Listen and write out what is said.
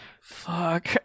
Fuck